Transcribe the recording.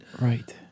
right